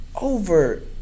Over